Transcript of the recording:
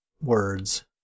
words